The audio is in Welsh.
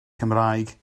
cymraeg